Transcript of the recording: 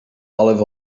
olive